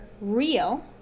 real